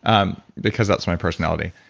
um because that's my personality